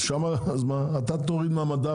אז אתה תוריד מהמדף,